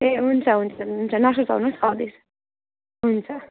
ए हुन्छ हुन्छ हुन्छ नसुर्ताउनुहोस् आउँदैछ हुन्छ